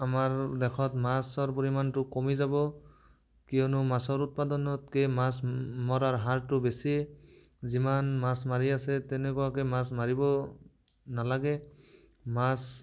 আমাৰ দেশত মাছৰ পৰিমাণটো কমি যাব কিয়নো মাছৰ উৎপাদনতকে মাছ মৰাৰ হাৰটো বেছি যিমান মাছ মাৰি আছে তেনেকুৱাকে মাছ মাৰিব নালাগে মাছ